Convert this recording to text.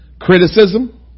Criticism